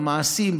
במעשים,